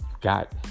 got